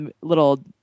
little